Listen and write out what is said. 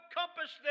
compass